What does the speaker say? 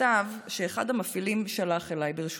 מכתב שאחד המפעילים שלח אליי, ברשותכם: